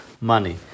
money